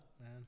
man